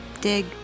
dig